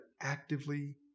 actively